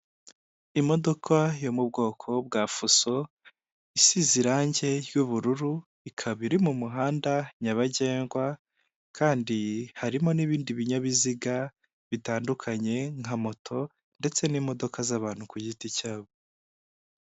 Imodoka yo mu bwoko bwa fuso, isize irangi ry'ubururu, ikaba iri mu muhanda nyabagendwa kandi harimo n'ibindi binyabiziga bitandukanye nka moto ndetse n'imodoka z'abantu ku giti cyabo.